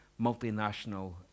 multinational